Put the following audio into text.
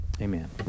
Amen